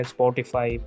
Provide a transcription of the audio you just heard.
Spotify